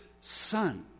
Son